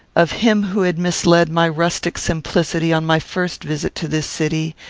of him who had misled my rustic simplicity on my first visit to this city,